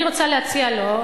אני רוצה להציע לו,